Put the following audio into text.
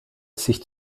sich